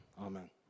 Amen